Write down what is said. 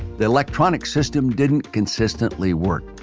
the electronic system didn't consistently work.